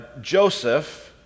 Joseph